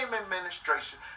administration